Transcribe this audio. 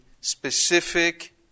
specific